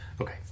okay